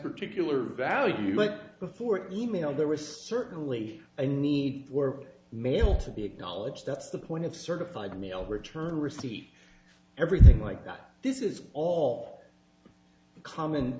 particular value before e mail there was certainly a need for mail to be acknowledged that's the point of certified mail return receipt everything like that this is all common